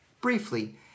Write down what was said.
Briefly